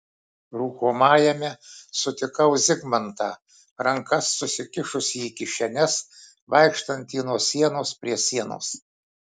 rūkomajame sutikau zigmantą rankas susikišusį į kišenes vaikštantį nuo sienos prie sienos